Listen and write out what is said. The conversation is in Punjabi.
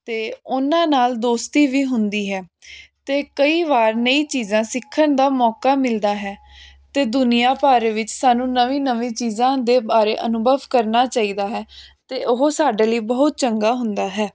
ਅਤੇ ਉਹਨਾਂ ਨਾਲ ਦੋਸਤੀ ਵੀ ਹੁੰਦੀ ਹੈ ਤਾਂ ਕਈ ਵਾਰ ਨਈ ਚੀਜ਼ਾਂ ਸਿੱਖਣ ਦਾ ਮੌਕਾ ਮਿਲਦਾ ਹੈ ਅਤੇ ਦੁਨੀਆ ਭਰ ਵਿੱਚ ਸਾਨੂੰ ਨਵੀਂ ਨਵੀਂ ਚੀਜ਼ਾਂ ਦੇ ਬਾਰੇ ਅਨੁਭਵ ਕਰਨਾ ਚਾਹੀਦਾ ਹੈ ਅਤੇ ਉਹ ਸਾਡੇ ਲਈ ਬਹੁਤ ਚੰਗਾ ਹੁੰਦਾ ਹੈ